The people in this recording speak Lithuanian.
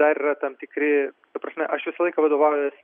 dar yra tam tikri ta prasme aš visą laiką vadovaujuos